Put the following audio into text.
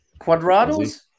Quadrado's